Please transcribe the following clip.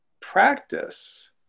practice